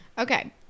Okay